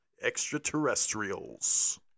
extraterrestrials